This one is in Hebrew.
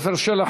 עפר שלח,